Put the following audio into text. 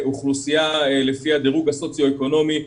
באוכלוסייה לפי הדירוג הסוציו אקונומי,